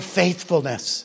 faithfulness